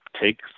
take